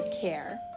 care